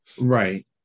right